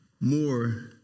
more